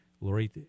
Lori